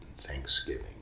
thanksgiving